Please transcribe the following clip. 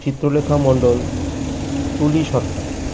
Chitralekha Mondal Tuli Sarkar